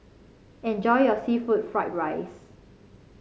enjoy your seafood Fried Rice